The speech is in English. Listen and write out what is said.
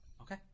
Okay